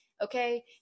Okay